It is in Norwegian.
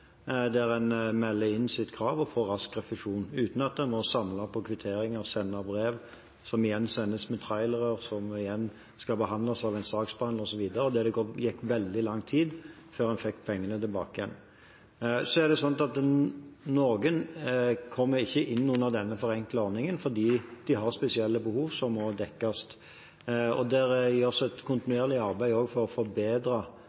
der en melder inn sitt krav og raskt får refusjon, uten at en må samle på kvitteringer og sende brev, som igjen sendes med trailere, som igjen skal behandles av en saksbehandler, osv., og det går veldig lang tid før en får pengene tilbake igjen. Noen kommer ikke inn under denne forenklede ordningen fordi de har spesielle behov som må dekkes. Det gjøres et